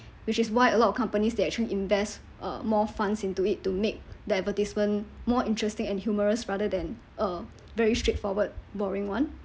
which is why a lot of companies that actually invest uh more funds into it to make the advertisement more interesting and humorous rather than uh a very straightforward boring one